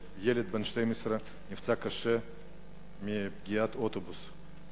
ילד בן 12 נפצע קשה מפגיעת אוטובוס,